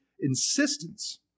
insistence